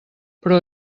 però